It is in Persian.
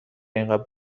انقدر